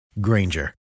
Granger